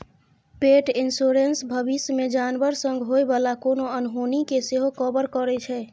पेट इन्स्योरेन्स भबिस मे जानबर संग होइ बला कोनो अनहोनी केँ सेहो कवर करै छै